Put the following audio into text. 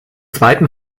zweiten